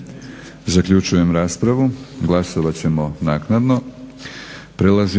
Zaključujem raspravu. Glasovat ćemo naknadno.